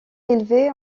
élevés